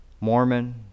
Mormon